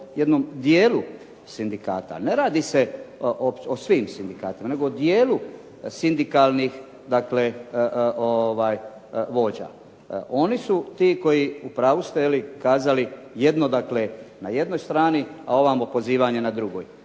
jednom dijelu sindikata. Ne radi se o svim sindikatima, nego o dijelu sindikalnih dakle vođa. Oni su ti koji, u pravu ste je li, kazali jedno dakle na jednoj strani, a ovamo pozivanje na drugoj.